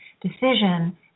decision